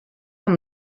amb